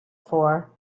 for